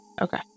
Okay